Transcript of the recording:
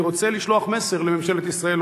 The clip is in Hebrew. אני רוצה לשלוח מסר לממשלת ישראל",